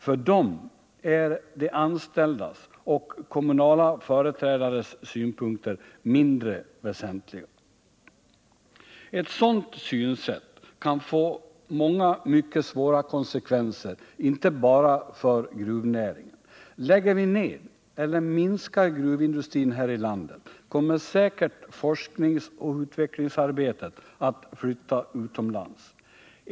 För dem är de anställdas och kommunala företrädares synpunkter mindre väsentliga. Ett sådant synsätt kan få många mycket svåra konsekvenser inte bara för gruvnäringen. Lägger vi ned eller minskar gruvindustrin här i landet kommer säkert forskningsoch utvecklingsarbetet att flytta utomlands.